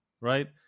right